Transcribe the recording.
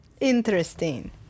Interesting